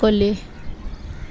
କଲେ